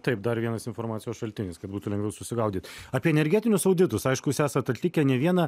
taip dar vienas informacijos šaltinis kad būtų lengviau susigaudyt apie energetinius auditus aišku jūs esat atlikę ne vieną